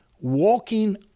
walking